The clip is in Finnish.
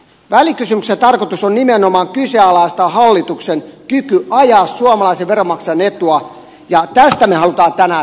välikysymyksen tarkoitus on nimenomaan kyseenalaistaa hallituksen kyky ajaa suomalaisen veronmaksajan etua ja tästä me haluamme tänään teidän kanssa debatoida